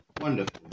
wonderful